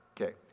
Okay